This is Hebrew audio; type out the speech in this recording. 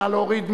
נא להוריד.